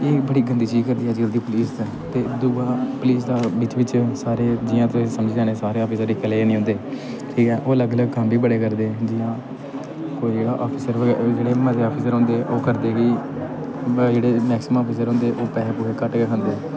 एह् बड़ी गंदी चीज करदी अजकल्ल दी पुलीस ते दूआ पुलीस दा बिच्च बिच्च सारे जि'यां तुस समझी लैने सारे आफिसर इक्कै जनेह् निं होंदे ठीक ऐ ओह् अलग अलग कम्म बी बड़े करदे जि'यां कोई जेह्ड़ा आफिसर बगै जेह्ड़े मते आफिसर होंदे ओह् करदे कि जेह्ड़े मैक्सीमम आफिसर होंदे ओह् पैसे पूसे घट्ट गै खंदे